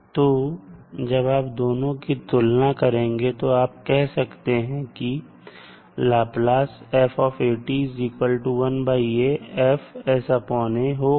तो जब आप दोनों की तुलना करेंगे तो आप कह सकते हैं कि होगा